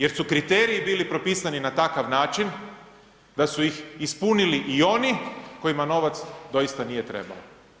Jer su kriteriji bili propisani na takav način da su ih ispunili i oni kojima novac doista nije trebao.